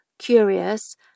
curious